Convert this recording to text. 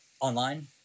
Online